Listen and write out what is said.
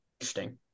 Interesting